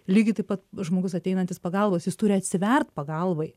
lygiai taip pat žmogus ateinantis pagalbos jis turi atsivert pagalbai